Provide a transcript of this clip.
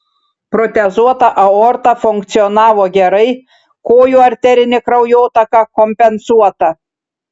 protezuota aorta funkcionavo gerai kojų arterinė kraujotaka kompensuota